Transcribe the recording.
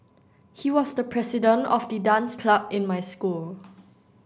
he was the president of the dance club in my school